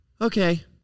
okay